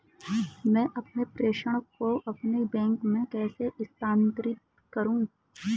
मैं अपने प्रेषण को अपने बैंक में कैसे स्थानांतरित करूँ?